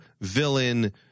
villain